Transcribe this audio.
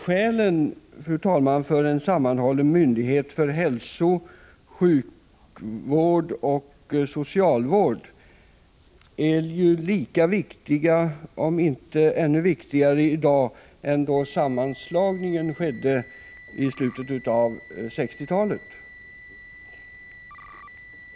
Skälen, fru talman, för en sammanhållen myndighet för hälso-, sjukoch socialvård är lika viktiga, om inte ännu viktigare, i dag som då sammanslagningen skedde i slutet av 1960-talet.